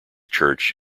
church